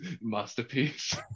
masterpiece